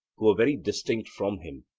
who were very distinct from him,